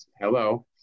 Hello